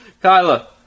Kyla